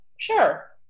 Sure